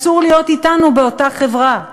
אסור להיות אתנו באותה חברה,